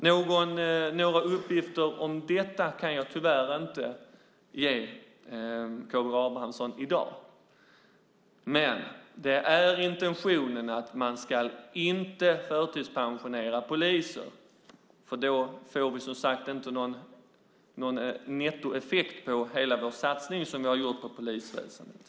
Några uppgifter om det kan jag tyvärr inte ge K G Abramsson i dag, men intentionen är att man inte ska förtidspensionera poliser för då får vi, som sagt, inte någon nettoeffekt av den satsning som vi gjort på polisväsendet.